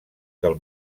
del